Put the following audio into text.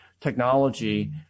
technology